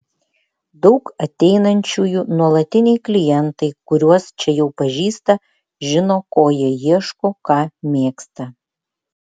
daug ateinančiųjų nuolatiniai klientai kuriuos čia jau pažįsta žino ko jie ieško ką mėgsta